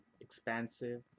Expansive